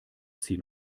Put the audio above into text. zehn